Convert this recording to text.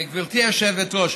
גברתי היושבת-ראש,